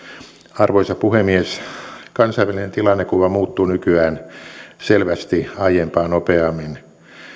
arvoisa puhemies kansainvälinen tilannekuva muuttuu nykyään selvästi aiempaa nopeammin